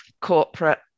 corporate